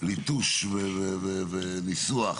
לליטוש וניסוח